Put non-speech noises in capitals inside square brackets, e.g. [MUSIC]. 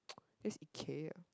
[NOISE] that's Ikea